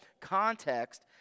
context